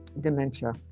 dementia